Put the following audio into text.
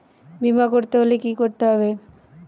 বিমা করতে হলে কি করতে হবে?